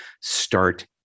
start